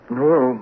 Hello